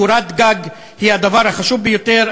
קורת גג היא הדבר החשוב ביותר.